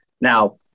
Now